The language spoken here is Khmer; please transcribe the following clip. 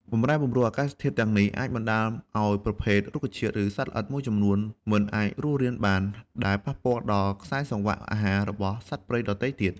បម្រែបម្រួលអាកាសធាតុទាំងនេះ អាចបណ្ដាលឱ្យប្រភេទរុក្ខជាតិ ឬសត្វល្អិតមួយចំនួនមិនអាចរស់រានបាន ដែលប៉ះពាល់ដល់ខ្សែសង្វាក់អាហាររបស់សត្វព្រៃដទៃទៀត។